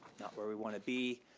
not where we want to be,